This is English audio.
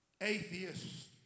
atheists